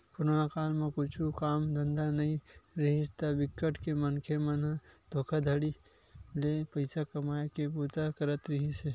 corona काल म कुछु काम धंधा नइ रिहिस हे ता बिकट के मनखे मन ह धोखाघड़ी ले पइसा कमाए के बूता करत रिहिस हे